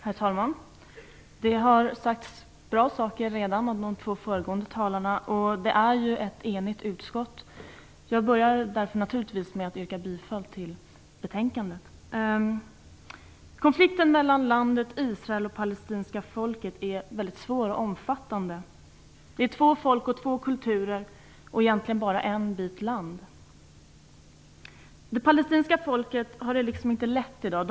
Herr talman! Det har redan sagts bra saker av de två föregående talarna. Det är ju ett enigt utskott som står bakom betänkandet. Jag börjar därför med att yrka bifall till hemställan i betänkandet. Konflikten mellan landet Israel och det palestinska folket är mycket svår och omfattande. Det är två folk och två kulturer och egentligen bara en bit land det handlar om. Det palestinska folket har det inte lätt i dag.